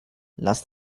lass